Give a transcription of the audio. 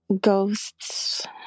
ghosts